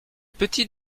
petit